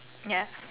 ya